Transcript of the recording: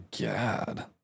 god